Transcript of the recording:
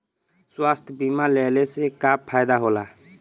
स्वास्थ्य बीमा लेहले से का फायदा होला?